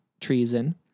treason